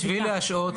להשעות.